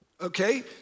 okay